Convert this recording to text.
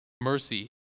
mercy